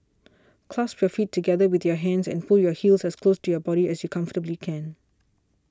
clasp your feet together with your hands and pull your heels as close to your body as you comfortably can